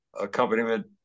accompaniment